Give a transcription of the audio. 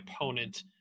opponent